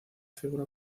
figura